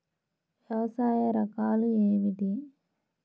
వ్యవసాయ రకాలు ఏమిటి?